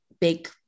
big